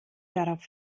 darauf